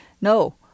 No